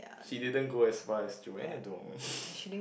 she didn't go as far as Joanna-Dong